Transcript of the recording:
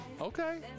okay